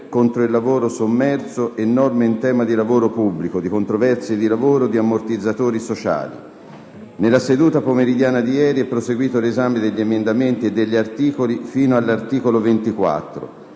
nella seduta pomeridiana del giorno precedente è proseguito l'esame degli emendamenti e degli articoli fino all'articolo 24.